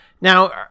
Now